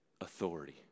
authority